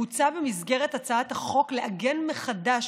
מוצע בהצעת החוק לעגן מחדש,